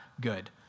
good